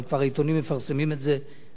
אבל העיתונים כבר מפרסמים את זה היום,